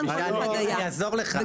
אני אעזור לך שעה.